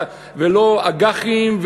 ולא אג"חים,